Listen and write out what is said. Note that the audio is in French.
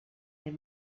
les